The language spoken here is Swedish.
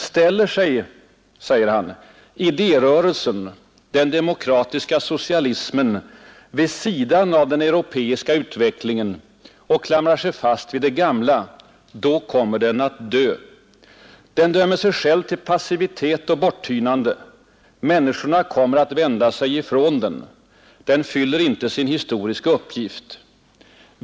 Ställer sig — säger han — idérörelsen, den demokratiska socialismen, vid sidan av den europeiska utvecklingen och klamrar sig fast vid det gamla, då kommer den att dö. Den dömer sig själv till passivitet och borttynande. Människorna kommer att vända sig ifrån den. Den fyller inte sin historiska uppgift.